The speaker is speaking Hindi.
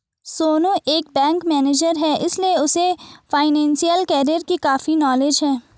सोनू एक बैंक मैनेजर है इसीलिए उसे फाइनेंशियल कैरियर की काफी नॉलेज है